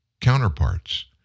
counterparts